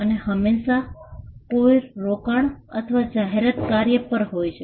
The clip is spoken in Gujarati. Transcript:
અને હંમેશાં કોઈ રોકાણ અથવા જાહેરાત કાર્ય પણ હોય છે